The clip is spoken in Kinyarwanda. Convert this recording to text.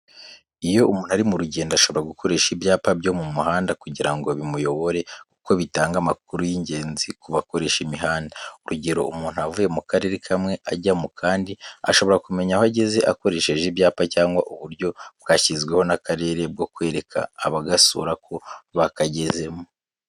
Iyo umuntu ari mu rugendo, ashobora gukoresha ibyapa byo mu muhanda kugira ngo bimuyobore, kuko bitanga amakuru y'ingenzi ku bakoresha imihanda. Urugero, umuntu uvuye mu karere kamwe ajya mu kandi ashobora kumenya aho ageze akoresheje ibyapa, cyangwa uburyo bwashyizweho n'akarere bwo kwereka abagasura ko bakagezemo.